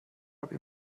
habe